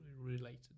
related